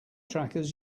trackers